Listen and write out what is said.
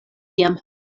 iam